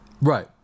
Right